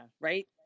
right